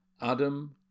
Adam